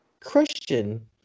Christian